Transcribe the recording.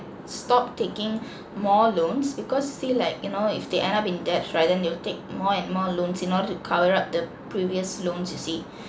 stop taking more loans because you see like you know if they end up in debts right then they will take more and more loans in order to cover up the previous loans you see